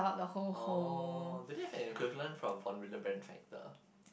oh do they have an equivalent for